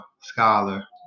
Scholar